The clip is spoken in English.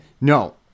No